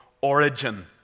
origin